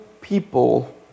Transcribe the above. people